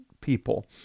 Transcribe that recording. people